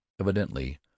Evidently